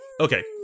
okay